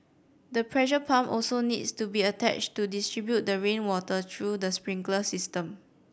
the pressure pump also needs to be attached to distribute the rainwater through the sprinkler system